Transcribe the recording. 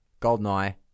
Goldeneye